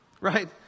Right